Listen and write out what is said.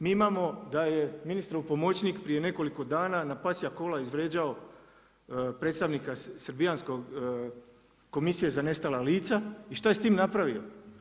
Mi imamo da je ministrov pomoćnik prije nekoliko dana na pasja kola izvrijeđao predstavnika srbijanskog Komisije za nestala lica i šta je s tim napravio?